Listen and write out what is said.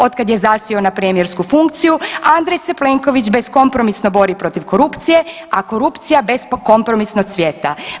Otkad je zasjeo na premijersku funkciju, Andrej se Plenković beskompromisno bori protiv korupcije, a korupcija beskompromisno cvjeta.